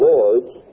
Lord's